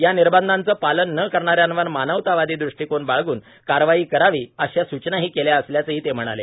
या निर्बधांचं पालन न करण्याऱ्यांवर मानवतावादी दृष्टीकोन बाळगून कारवाई करावी अशा सूचनाही केल्या असल्याचंही ते म्हणाले